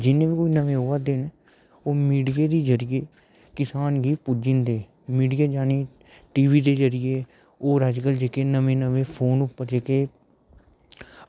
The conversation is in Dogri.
जिन्ने बी कोई आवा दे न ओह् मीडिया दे जरिए किसान गी पुज्जी जंदे मीडिया यानि टीवी दे जरिए होर अज्जकल नमें नमें फोन पर जेह्के